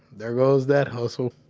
there goes that hustle